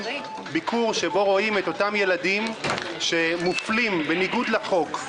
ביקור שבו רואים את אותם ילדים שמופלים בניגוד לחוק,